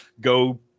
go